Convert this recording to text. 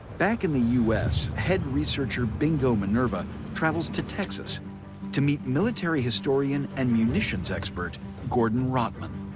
back in the us, head researcher bingo minerva travels to texas to meet military historian and munitions expert gordon rottman.